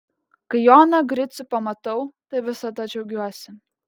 kai joną gricių pamatau tai visada džiaugiuosi